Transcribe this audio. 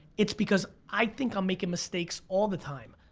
it's because i think i'm making mistakes all the time.